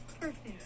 Perfect